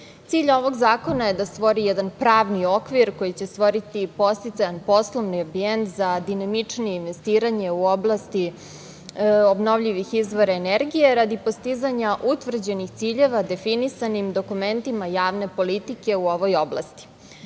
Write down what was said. ovog zakona je da stvori jedan pravni okvir koji će stvoriti podsticajan poslovni ambijent za dinamičnije investiranje u oblasti obnovljivih izvora energije, radi postizanja utvrđenih ciljeva definisanim dokumentima javne politike u ovoj oblasti. Predlog